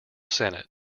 senate